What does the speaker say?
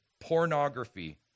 pornography